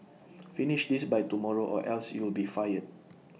finish this by tomorrow or else you'll be fired